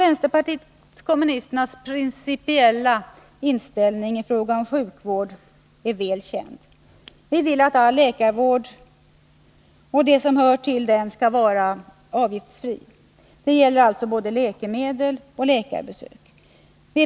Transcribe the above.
Vänsterpartiet kommunisternas principiella inställning i fråga om sjukvård är väl känd. Vi vill att all läkarvård, och det som hör till den, skall vara avgiftsfri. Det gäller alltså både läkemedel och läkarbesök.